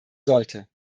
sollte